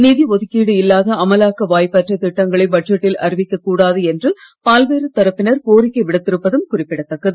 நிதி ஒதுக்கீடு இல்லாத அமலாக்க வாய்ப்பற்ற திட்டங்களை பட்ஜெட்டில் அறிவிக்க கூடாது என்று பல்வேறு தரப்பினர் கோரிக்கை விடுத்திருப்பதும் குறிப்பிடத்தக்கது